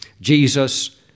Jesus